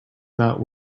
not